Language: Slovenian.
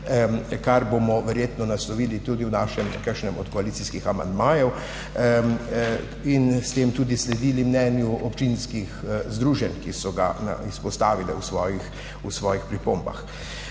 kar bomo verjetno naslovili tudi v kakšnem od koalicijskih amandmajev in s tem tudi sledili mnenju občinskih združenj, ki so ga izpostavila v svojih pripombah.